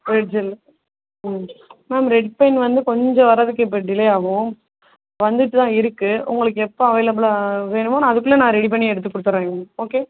red gel hmm ma'am red pen வந்து கொஞ்சம் வர்றதுக்கு இப்போ டிலே ஆகும் வந்துவிட்டு தான் இருக்கு உங்களுக்கு எப்போ அவைலபிளாக வேணுமோ நான் அதுக்குள்ளே நான் ரெடி பண்ணி எடுத்து கொடுத்துர்றேங்க மேம் ஓகே